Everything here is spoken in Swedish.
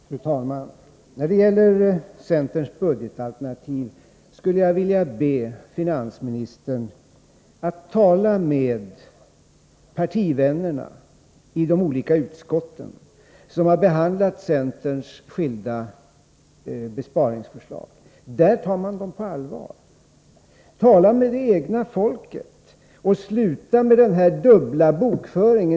Fru talman! När det gäller centerns budgetalternativ skulle jag vilja be finansministern att tala med partivännerna i de olika utskotten, som har behandlat centerns skilda besparingsförslag. Där tar man förslagen på allvar. Tala med det egna folket, och sluta med denna dubbla bokföring!